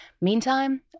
Meantime